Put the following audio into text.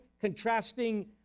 contrasting